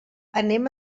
anem